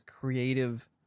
creative